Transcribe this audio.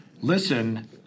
listen